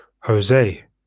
Jose